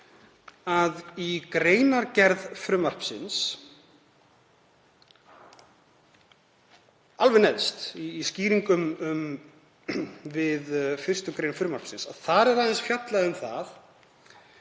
að í greinargerð frumvarpsins, alveg neðst í skýringum við 1. gr. frumvarpsins, er aðeins fjallað um